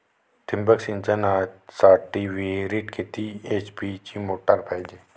ठिबक सिंचनासाठी विहिरीत किती एच.पी ची मोटार पायजे?